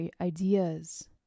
ideas